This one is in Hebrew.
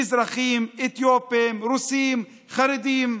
מזרחים, אתיופים, רוסים, חרדים.